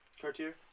Cartier